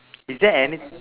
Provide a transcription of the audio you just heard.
is there any~